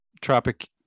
Tropic